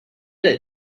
get